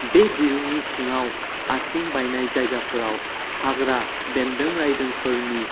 बे दिरुंनि सिङाव आथिं बायनाय जायगाफोराव हाग्रा बेन्दों राइदोंफोरनि